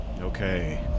Okay